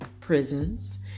prisons